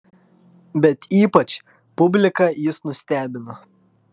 bet ypač publiką jis nustebino